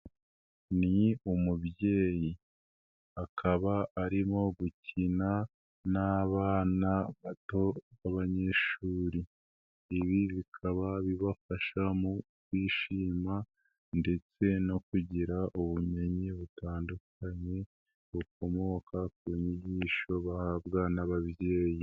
Ni umubyeyi akaba arimo gukina n'abana bato b'abanyeshuri, ibi bikaba bibafasha mu kwishima ndetse no kugira ubumenyi butandukanye bukomoka ku nyigisho bahabwa n'ababyeyi.